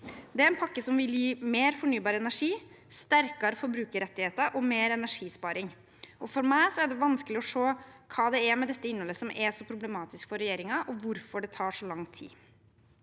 møte 23. april 2024) bar energi, sterkere forbrukerrettigheter og mer energisparing. For meg er det vanskelig å se hva det er med dette innholdet som er så problematisk for regjeringen, og hvorfor det tar så lang tid.